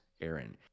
Aaron